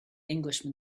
englishman